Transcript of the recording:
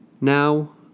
Now